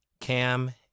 Cam